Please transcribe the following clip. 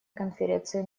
конференции